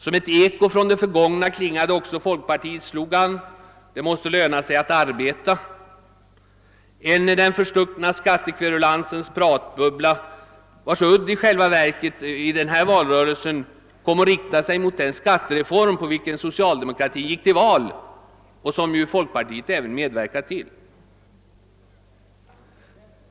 Som ett eko från det förgångna klingade också folkpartiets slogan: »Det måste löna sig att arbeta», en den förstuckna skattekverulansens pratbubbla, vars udd i själva verket i den här valrörelsen kom att rikta sig mot den skattereform på vilken socialdemokratin gick till val och som folkpartiet även medverkat till.